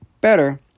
better